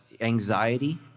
anxiety